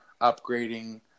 upgrading